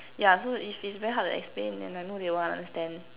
yeah so if it's very hard to explain and I know they won't understand